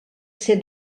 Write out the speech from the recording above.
ser